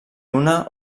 una